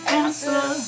answer